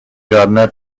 žádné